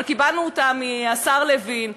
אבל קיבלנו אותה מהשר לוין,